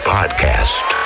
Podcast